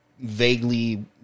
vaguely